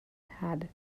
had